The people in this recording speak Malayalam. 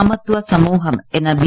സമത്വ സമൂഹം എന്ന ബി